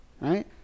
right